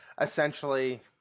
essentially